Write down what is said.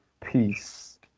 peace